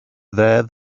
there